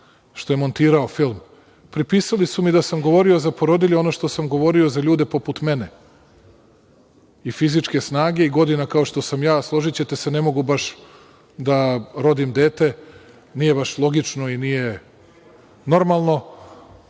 što je montirao film, pripisali su mi da sam govorio za porodilje ono što sam govorio za ljude poput mene i fizičke snage i godina kao što sam ja. Složićete se, ne mogu baš da rodim dete, nije baš logično, nije normalno.